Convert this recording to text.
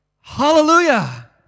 Hallelujah